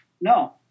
No